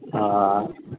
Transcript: हां